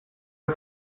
das